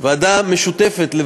שלוועדה משותפת זו